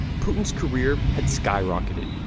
putin's career had skyrocketed.